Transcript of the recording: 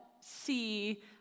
see